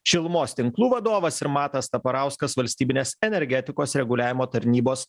šilumos tinklų vadovas ir matas taparauskas valstybinės energetikos reguliavimo tarnybos